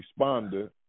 responder